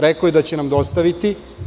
Rekao je da će nam dostaviti.